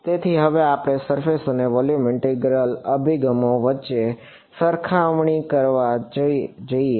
તેથી હવે આપણે સરફેસ અને વોલ્યુમ ઇન્ટિગ્રલ અભિગમો વચ્ચે સરખામણી કરવા જઈએ